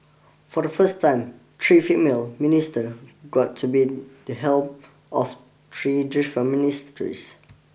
for the first time three female minister got to be the helm of three different ministries